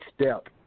step